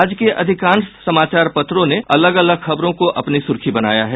आज के अधिकांश समाचार पत्रों ने अलग अलग खबरों को अपनी सुर्खी बनाया है